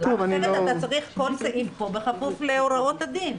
אחרת אתה צריך כל סעיף פה בכפוף להוראות הדין,